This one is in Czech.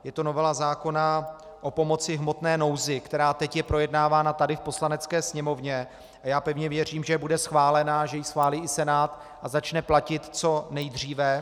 Je to novela zákona o pomoci v hmotné nouzi, která teď je projednávána tady v Poslanecké sněmovně, a já pevně věřím, že bude schválena a že ji schválí i Senát a začne platit co nejdříve.